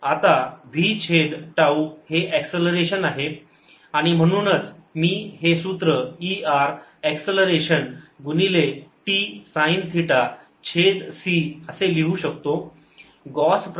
आता v छेद tau हे एक्ससलरेशन आहे आणि म्हणूनच मी हे सूत्र E r एक्ससलरेशन गुणिले t साईन थिटा छेद c असे लिहू शकतो